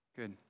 Good